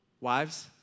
Wives